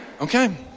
Okay